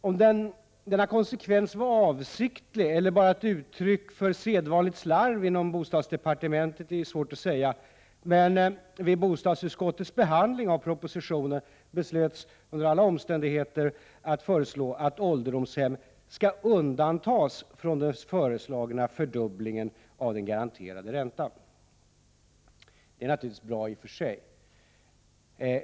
Om denna konsekvens var avsiktlig eller bara ett uttryck för sedvanligt slarv inom bostadsdepartementet är svårt att säga, men vid bostadsutskottets behandling av propositionen beslöts under alla omständigheter att föreslå att ålderdomshem skall undantas från den föreslagna fördubblingen av den garanterade räntan. Det är naturligtvis bra i och för sig.